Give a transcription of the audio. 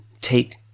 take